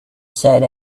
said